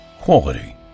Quality